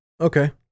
Okay